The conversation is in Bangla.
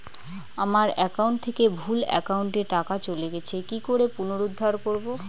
আমার একাউন্ট থেকে ভুল একাউন্টে টাকা চলে গেছে কি করে পুনরুদ্ধার করবো?